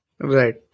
Right